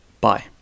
Bye